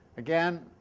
again,